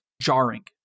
jarring